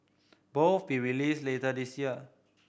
both be released later this year